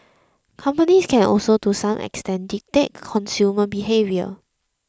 companies can also to some extent dictate consumer behaviour